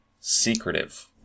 secretive